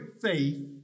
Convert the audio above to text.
faith